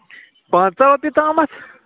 پنٛژاہ رۄپیہِ تامَتھ